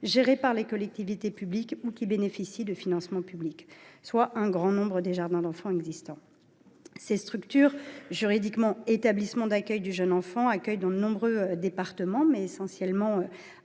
gérés par les collectivités publiques ou qui bénéficient de financements publics, soit un grand nombre des jardins d’enfants existants. Ces structures, qui relèvent de la catégorie juridique des établissements d’accueil du jeune enfant, accueillent dans de nombreux départements – essentiellement